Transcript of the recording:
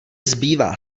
zbývá